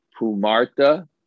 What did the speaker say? pumarta